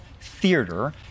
theater